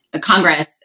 Congress